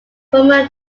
former